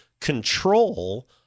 control